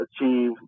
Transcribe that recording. achieve